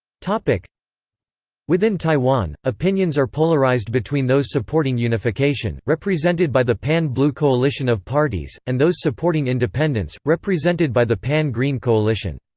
like within taiwan, opinions are polarized between those supporting unification, represented by the pan-blue coalition of parties, and those supporting independence, represented by the pan-green coalition.